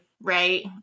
Right